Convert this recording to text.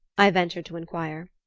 i ventured to inquire.